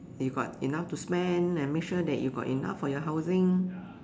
you got enough to spend and make sure that you got enough for your housing